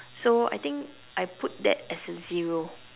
so I think I put that as a zero